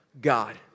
God